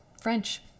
French